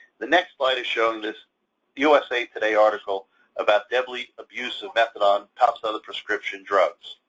the next slide is showing this usa today article about deadly abuse of methadone tops other prescription drugs.